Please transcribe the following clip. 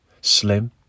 Slim